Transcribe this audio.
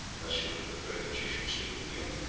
unless you would prefer that she should sleep with you.